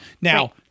now